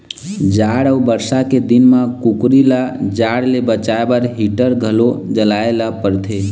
जाड़ अउ बरसा के दिन म कुकरी ल जाड़ ले बचाए बर हीटर घलो जलाए ल परथे